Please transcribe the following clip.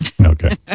Okay